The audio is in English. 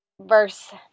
verse